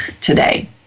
today